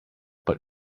but